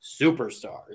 superstars